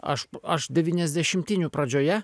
aš aš deviniasdešimtinių pradžioje